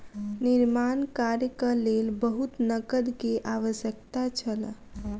निर्माण कार्यक लेल बहुत नकद के आवश्यकता छल